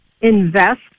Invest